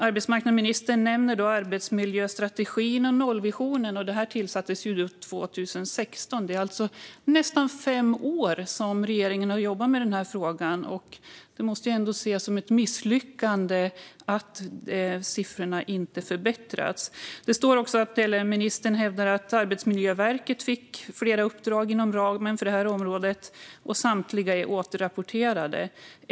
Arbetsmarknadsministern nämner arbetsmiljöstrategin och nollvisionen, som infördes 2016. Regeringen har alltså jobbat med denna fråga i nästan fem år, och det måste ändå ses som ett misslyckande att siffrorna inte förbättrats. Ministern hävdar också att Arbetsmiljöverket fick flera uppdrag inom ramen för detta område och att samtliga är återrapporterade.